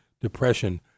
depression